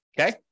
okay